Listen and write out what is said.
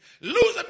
Losing